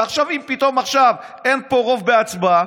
ואם פתאום עכשיו אין פה רוב בהצבעה,